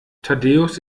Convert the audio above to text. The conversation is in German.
thaddäus